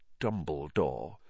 Dumbledore